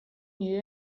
nire